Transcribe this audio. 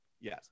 yes